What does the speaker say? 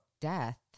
death